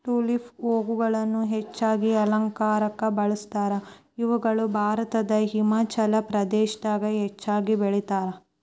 tulips ಹೂಗಳನ್ನ ಹೆಚ್ಚಾಗಿ ಅಲಂಕಾರಕ್ಕ ಬಳಸ್ತಾರ, ಇವುಗಳನ್ನ ಭಾರತದಾಗ ಹಿಮಾಚಲ ಪ್ರದೇಶದಾಗ ಹೆಚ್ಚಾಗಿ ಬೆಳೇತಾರ